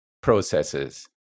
processes